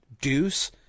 Deuce